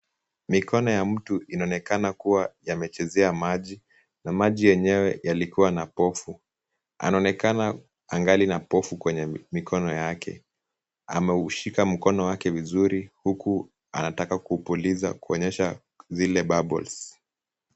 Mikono ya mtu inaonekana kuwa imechezea maji na maji yenyewe yalikuwa na povu, anaonekana angali na povu kwenye mikono yake, ameushika mkono wake vizuri huku anataka kupuliza kuonyesha zile bubbles .